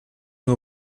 nur